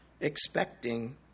expecting